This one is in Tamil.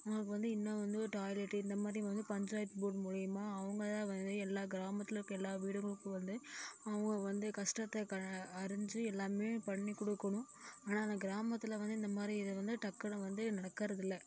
அவங்களுக்கு வந்து இன்னும் வந்து ஒரு டாய்லெட் இந்தமாதிரி வந்து பஞ்சாயத்து போர்ட் மூலமா அவங்க தான் வந்து எல்லா கிராமத்தில் இருக்கிற எல்லா வீடுகளுக்கும் வந்து அவங்க வந்து கஷ்டத்த அறிஞ்சு எல்லாமே பண்ணி கொடுக்குணும் ஆனால் அந்த கிராமத்தில் வந்து இந்தமாதிரி இது வந்து டக்குனு வந்து நடக்கறதில்லை